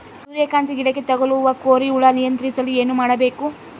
ಸೂರ್ಯಕಾಂತಿ ಗಿಡಕ್ಕೆ ತಗುಲುವ ಕೋರಿ ಹುಳು ನಿಯಂತ್ರಿಸಲು ಏನು ಮಾಡಬೇಕು?